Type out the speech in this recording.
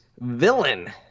villain